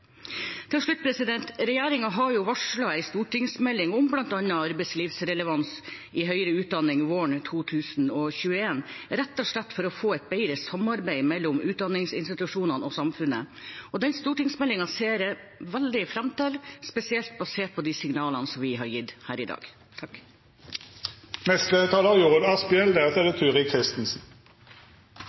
Til slutt: Regjeringen har varslet en stortingsmelding om bl.a. arbeidslivsrelevans i høyere utdanning våren 2021, rett og slett for å få et bedre samarbeid mellom utdanningsinstitusjonene og samfunnet. Den stortingsmeldingen ser jeg veldig fram til, spesielt basert på de signalene som vi har gitt her i dag.